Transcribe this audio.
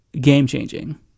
game-changing